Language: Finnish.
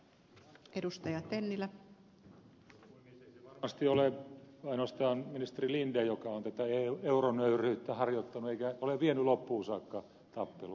ei se varmasti ole ainoastaan ministeri linden joka on tätä euronöyryyttä harjoittanut eikä ole vienyt loppuun saakka tappelua